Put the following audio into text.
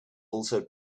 also